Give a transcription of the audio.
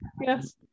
yes